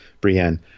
Brienne